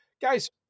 guys